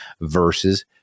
versus